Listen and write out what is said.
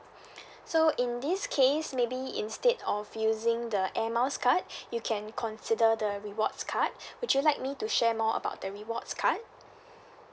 so in this case maybe instead of using the air miles card you can consider the rewards card would you like me to share more about the rewards card